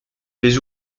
les